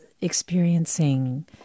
experiencing